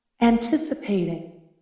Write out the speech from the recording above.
anticipating